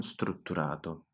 strutturato